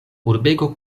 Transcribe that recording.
urbego